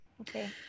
Okay